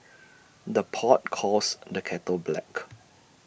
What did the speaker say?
the pot calls the kettle black